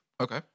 Okay